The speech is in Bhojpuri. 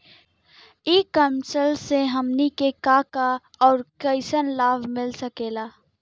ई कॉमर्स से हमनी के का का अउर कइसन लाभ मिल सकेला?